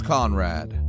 Conrad